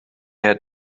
had